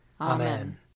Amen